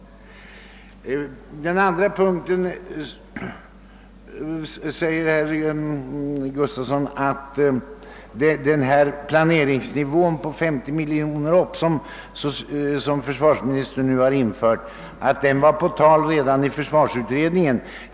På den andra punkten sade herr Gustafsson att den 50 miljoner kronor högre planeringsnivån som försvarsministern nu infört diskuterades redan i försvarsutredningen.